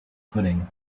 pudding